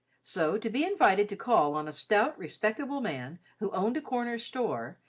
so, to be invited to call on a stout, respectable man who owned a corner store,